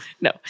no